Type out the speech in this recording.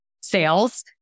sales